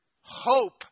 hope